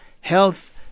health